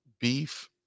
beef